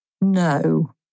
No